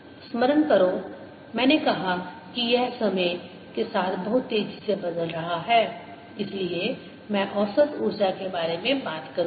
स्मरण करो मैंने कहा कि यह समय के साथ बहुत तेजी से बदल रहा है इसलिए मैं औसत ऊर्जा के बारे में बात करूंगा